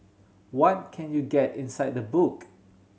what can you get inside the book